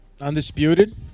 Undisputed